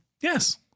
Yes